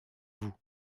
vous